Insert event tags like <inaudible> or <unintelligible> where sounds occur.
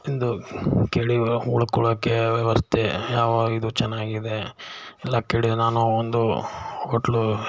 ಎಂದು ಕೇಳಿ <unintelligible> ಉಳ್ಕೊಳೋಕ್ಕೆ ವ್ಯವಸ್ಥೆ ಯಾವ ಇದು ಚೆನ್ನಾಗಿದೆ ಎಲ್ಲ ಕೇಳಿ ನಾನು ಒಂದು ಹೋಟ್ಲು